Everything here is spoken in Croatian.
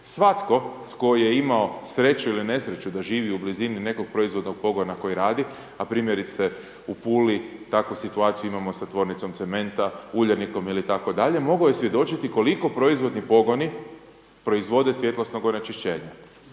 Svatko tko je imao sreću ili nesreću da živi u blizini nekog proizvodnog pogona koji radi a primjerice u Puli takvu situaciju imamo sa tvornicom cementa, Uljanikom itd. mogao je svjedočiti koliko proizvodni pogoni proizvode svjetlosnog onečišćenja.